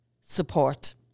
support